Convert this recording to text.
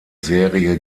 serie